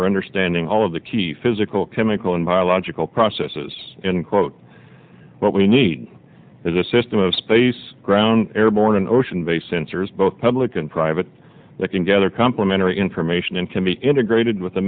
for understanding all of the key physical chemical and biological processes in quote what we need is a system of space ground airborne and ocean based sensors both public and private that can gather complimentary information and can be integrated with a